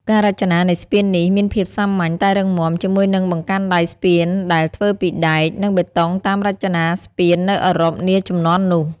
ការរចនានៃស្ពាននេះមានភាពសាមញ្ញតែរឹងមាំ ជាមួយនឹងបង្កាន់ដៃស្ពានដែលធ្វើពីដែក និងបេតុងតាមរចនាប័ទ្មស្ពាននៅអឺរ៉ុបនាជំនាន់នោះ។